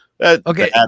Okay